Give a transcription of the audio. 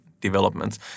developments